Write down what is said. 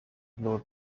blow